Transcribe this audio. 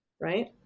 right